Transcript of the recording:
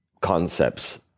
concepts